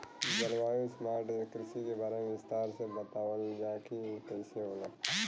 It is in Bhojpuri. जलवायु स्मार्ट कृषि के बारे में विस्तार से बतावल जाकि कइसे होला?